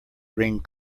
ring